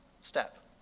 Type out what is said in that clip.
step